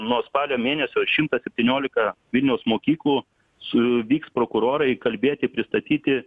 nuo spalio mėnesio šimtas septyniolika vilniaus mokyklų su vyks prokurorai kalbėti pristatyti